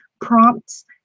prompts